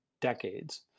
decades